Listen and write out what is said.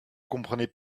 comprenez